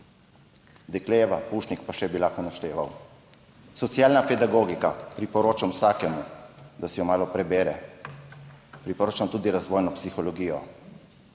Dekleva, Pušnik, pa še bi lahko našteval. Socialna pedagogika, priporočam vsakemu, da si jo malo prebere, priporočam tudi Razvojno psihologijo,